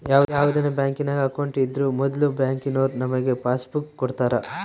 ಯಾವುದನ ಬ್ಯಾಂಕಿನಾಗ ಅಕೌಂಟ್ ಇದ್ರೂ ಮೊದ್ಲು ಬ್ಯಾಂಕಿನೋರು ನಮಿಗೆ ಪಾಸ್ಬುಕ್ ಕೊಡ್ತಾರ